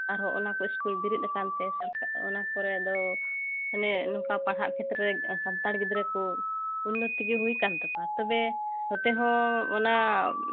ᱟᱨᱦᱚᱸ ᱚᱱᱟ ᱠᱚ ᱤᱥᱠᱩᱞ ᱵᱮᱨᱮᱫ ᱟᱠᱟᱱ ᱛᱮ ᱚᱱᱟ ᱠᱚᱨᱮᱫᱚ ᱢᱟᱱᱮ ᱱᱚᱝᱠᱟ ᱯᱟᱲᱦᱟᱜ ᱠᱷᱮᱛᱨᱮ ᱥᱟᱱᱛᱟᱲ ᱜᱤᱫᱽᱨᱟᱹ ᱠᱚ ᱩᱱᱱᱚᱛᱤ ᱜᱮ ᱦᱩᱭ ᱟᱠᱟᱱ ᱛᱟᱠᱚᱣᱟ ᱛᱚᱵᱮ ᱱᱚᱛᱮ ᱦᱚᱸ ᱚᱱᱟ